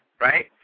right